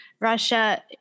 Russia